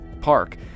park